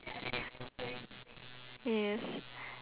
yes